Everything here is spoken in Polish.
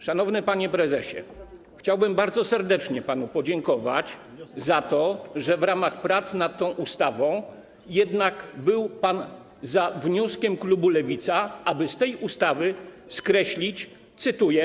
Szanowny panie prezesie, chciałbym bardzo serdecznie panu podziękować za to, że w ramach prac nad tą ustawą jednak był pan za wnioskiem klubu Lewica, aby z tej ustawy skreślić fragment - cytuję.